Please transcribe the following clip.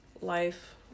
life